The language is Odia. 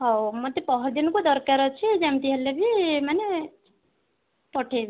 ହଉ ମୋତେ ପଅରଦିନକୁ ଦରକାର ଅଛି ଯେମିତି ହେଲେ ବି ମାନେ ପଠେଇବେ